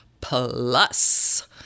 plus